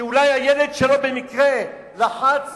כי אולי הילד שלו במקרה לחץ